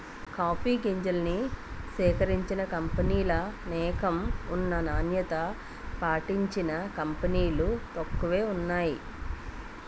coffee గింజల్ని సేకరించిన కంపినీలనేకం ఉన్నా నాణ్యత పాటించిన కంపినీలు తక్కువే వున్నాయి